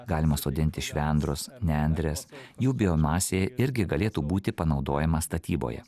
galima sodinti švendrus nendres jų biomasė irgi galėtų būti panaudojama statyboje